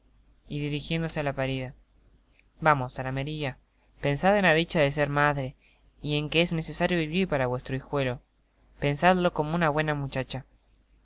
y dirijiéndose á la parida vamos zalamerilla pensad en la dicha de ser madre y en que es necesario vivir para vuestro hijuelo pensadlo como una buena muchacha